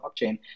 blockchain